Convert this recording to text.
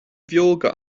bheoga